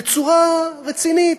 בצורה רצינית,